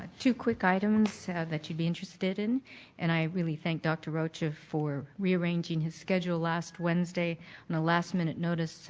two quick items that you'd be interested in and i rally thank dr. rocha for rearranging his schedule last wednesday in the last minute notice,